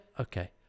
okay